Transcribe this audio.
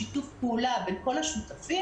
בשיתוף פעולה בין כל השותפים.